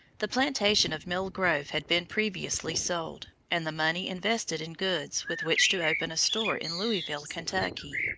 the plantation of mill grove had been previously sold, and the money invested in goods with which to open a store in louisville, kentucky.